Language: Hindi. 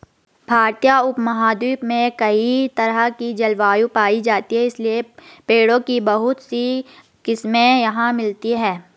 भारतीय उपमहाद्वीप में कई तरह की जलवायु पायी जाती है इसलिए पेड़ों की बहुत सी किस्मे यहाँ मिलती हैं